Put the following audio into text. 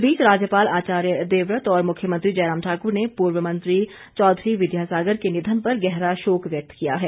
इस बीच राज्यपाल आचार्य देवव्रत और मुख्यमंत्री जयराम ठाकर ने पूर्व मंत्री चौधरी विद्या सागर के निधन पर गहरा शोक व्यक्त किया है